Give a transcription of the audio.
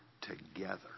together